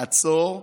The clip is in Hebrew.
לעצור,